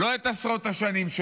לא את עשרות השנים שלו,